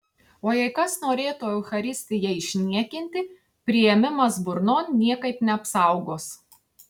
o jei kas norėtų eucharistiją išniekinti priėmimas burnon niekaip neapsaugos